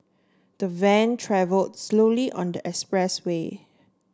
the van travel slowly on the expressway